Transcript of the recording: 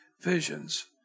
visions